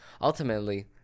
Ultimately